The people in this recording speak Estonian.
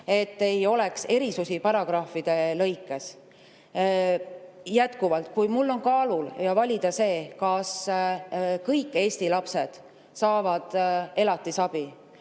et ei oleks erisusi paragrahvide lõikes. Jätkuvalt, kui mul on kaalul ja valida, kas kõik Eesti lapsed saavad elatisabi